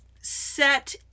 set